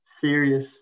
serious